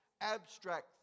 abstract